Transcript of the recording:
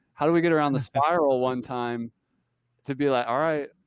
how do we get around the spiral one time to be like, all right,